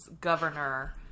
governor